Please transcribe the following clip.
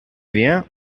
vient